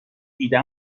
ایده